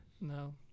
No